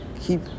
keep